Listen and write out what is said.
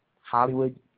Hollywood